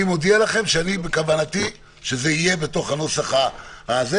אני מודיע לכם שבכוונתי שזה יהיה בתוך הנוסח המרכזי,